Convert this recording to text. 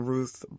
Ruth